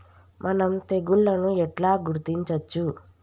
మనం తెగుళ్లను ఎట్లా గుర్తించచ్చు?